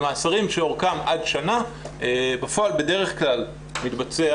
במאסרים שאורכם עד שנה בפועל בדרך כלל מתבצע